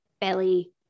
belly